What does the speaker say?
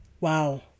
Wow